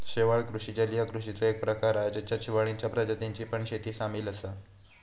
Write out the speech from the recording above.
शेवाळ कृषि जलीय कृषिचो एक प्रकार हा जेच्यात शेवाळींच्या प्रजातींची पण शेती सामील असा